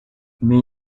mais